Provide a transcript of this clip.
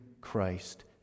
Christ